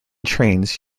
trains